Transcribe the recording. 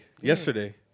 Yesterday